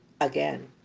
again